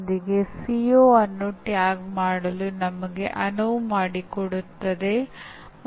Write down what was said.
ಇದನ್ನು ಸ್ವಲ್ಪ ನರವಿಜ್ಞಾನದ ದೃಷ್ಟಿಕೋಣದಿಂದ ನೋಡೋಣ